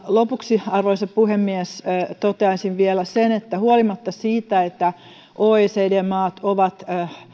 lopuksi arvoisa puhemies toteaisin vielä sen että huolimatta siitä että oecd maat ovat